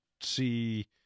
see